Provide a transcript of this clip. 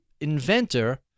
inventor